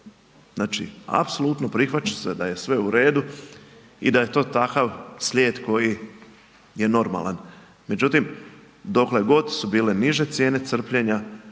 Znači, apsolutno prihvaća se da je sve u redu i da je to takav slijed koji je normalan. Međutim, dokle god su bile niže cijene crpljenja,